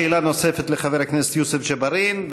שאלה נוספת לחבר הכנסת יוסף ג'בארין,